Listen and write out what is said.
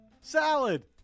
salad